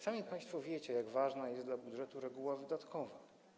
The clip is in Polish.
Sami państwo wiecie, jak ważna jest dla budżetu reguła wydatkowa.